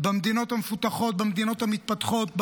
במדינות המפותחות במדינות המתפתחות,